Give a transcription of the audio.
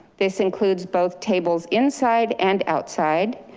this includes both tables inside and outside.